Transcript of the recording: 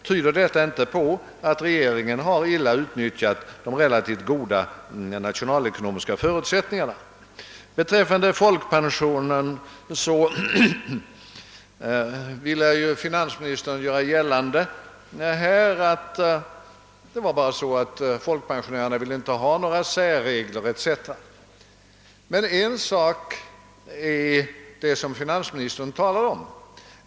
Tyder inte detta på att regeringen illa har utnyttjat de relativt goda nationalekonomiska förutsättningarna? Beträffande folkpensionen vill finansministern här göra gällande att folkpensionärerna inte vill ha några särregler. Men en sak är det som finansministern talar om.